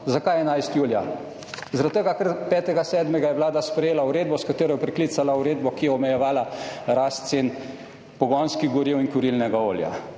Zakaj 11 julija? Zaradi tega, ker je 5. 7. Vlada sprejela uredbo, s katero je preklicala uredbo, ki je omejevala rast cen pogonskih goriv in kurilnega olja,